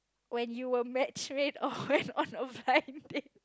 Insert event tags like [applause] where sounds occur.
when you were match made or [laughs] when on a blind date